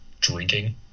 drinking